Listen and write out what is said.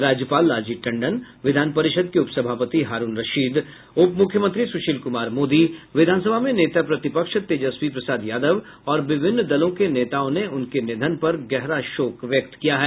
राज्यपाल लालजी टंडन विधान परिषद के उपसभापति हारूण रशीद उप मुख्यमंत्री सुशील कुमार मोदी विधानसभा में नेता प्रतिपक्ष तेजस्वी प्रसाद यादव और विभिन्न दलों के नेताओं ने उनके निधन पर गहरा शोक व्यक्त किया है